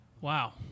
Wow